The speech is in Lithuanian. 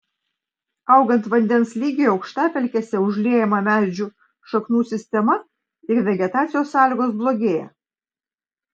augant vandens lygiui aukštapelkėse užliejama medžių šaknų sistema ir vegetacijos sąlygos blogėja